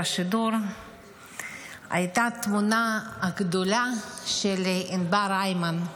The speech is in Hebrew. השידור הייתה התמונה הגדולה של ענבר הימן.